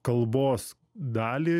kalbos dalį